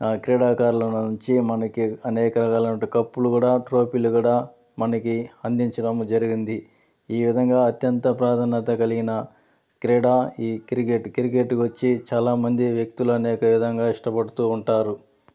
క్రీడాకారుల నుంచి మనకి అనేక రకములైనటువంటి కప్పులు కూడా ట్రోఫీలు కూడా మనకి అందించడం జరిగింది ఈ విధంగా అత్యంత ప్రాధాన్యత కలిగిన క్రీడా ఈ క్రికెట్ క్రికెట్ వచ్చి చాలామంది వ్యక్తులు అనేక విధంగా ఇష్టపడుతూ ఉంటారు